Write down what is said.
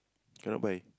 cannot buy